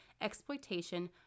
exploitation